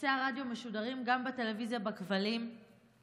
ערוצי הרדיו משודרים גם בטלוויזיה בכבלים,